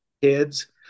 Kids